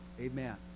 Amen